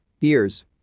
ears